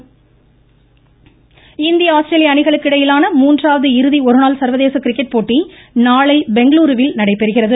cricket இந்திய ஆஸ்திரேலிய அணிகளுக்கு இடையிலான மூன்றாவது இறுதி ஒரு நாள் சா்வதேச கிரிக்கெட் போட்டி நாளை பெங்களுரூவில் நடைபெறுகிறது